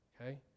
Okay